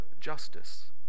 justice